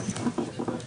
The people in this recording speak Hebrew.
ובלמים,